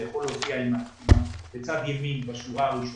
זה יכול להופיע בצד ימין בשורה הראשונה,